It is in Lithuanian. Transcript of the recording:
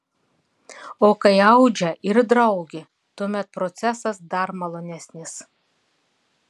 o kai audžia ir draugė tuomet procesas dar malonesnis